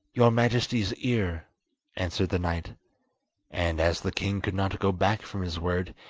your majesty's ear answered the knight and as the king could not go back from his word,